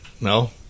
No